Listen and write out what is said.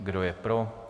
Kdo je pro?